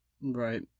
Right